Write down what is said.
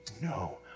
No